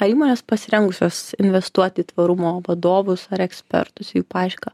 ar įmonės pasirengusios investuoti į tvarumo vadovus ar ekspertus į jų paiešką